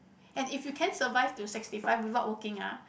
and if you can survive to sixty five without working ah